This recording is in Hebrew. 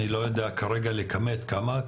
אני לא יודע כרגע לקמט כמה,